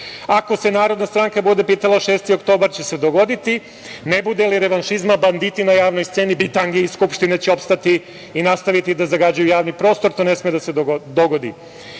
Ako se Narodna stranka bude pitala, 6. oktobar će se dogoditi. Ne bude li revanšizma banditi na javnoj sceni, bitange iz Skupštine će opstati i nastaviti da zagađuju javni prostor, to ne sme da se dogodi".Još